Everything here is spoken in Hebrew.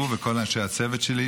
הוא וכל אנשי הצוות שלי,